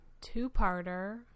two-parter